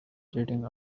jetting